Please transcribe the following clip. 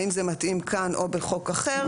האם זה מתאים כאן או בחוק אחר,